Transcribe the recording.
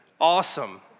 Awesome